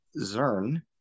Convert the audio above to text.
Zern